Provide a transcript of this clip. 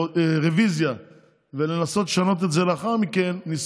ראיתי בטלוויזיה לפני יומיים ריאיון, עם מי?